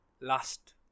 last